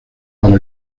para